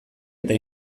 eta